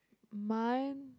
mine